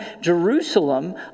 Jerusalem